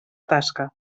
tasca